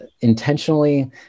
intentionally